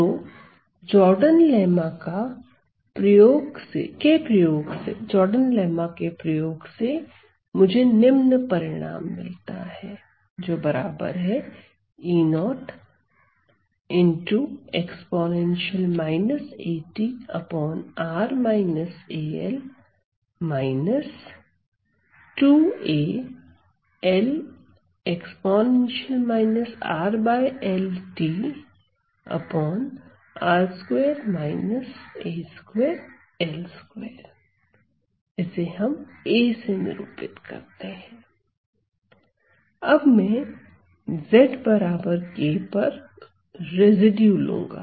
तो Jordan lemma के प्रयोग से मुझे निम्न परिणाम मिलता है अब मैं zk पर रेसिड्यू लूंगा